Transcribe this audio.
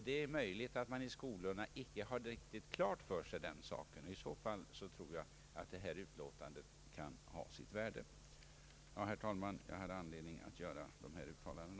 Det är möjligt att man i skolorna inte har den saken riktigt klar för sig. I så fall tror jag att detta utlåtande kan ha sitt värde. Jag har, herr talman, funnit anledning att göra dessa uttalanden.